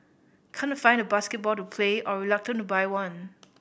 can't find a basketball to play or reluctant to buy one